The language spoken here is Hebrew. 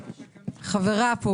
שלי כשהוא לא יכול להתאים.